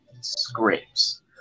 Scripts